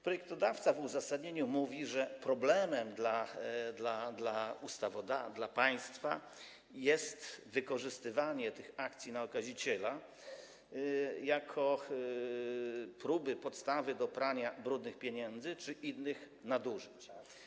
Projektodawca w uzasadnieniu mówi, że problemem dla państwa jest wykorzystywanie akcji na okaziciela jako próby, podstawy do prania brudnych pieniędzy czy innych nadużyć.